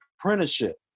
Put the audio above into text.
apprenticeship